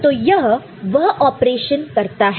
तो यह वह ऑपरेशन करता है